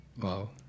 Wow